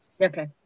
okay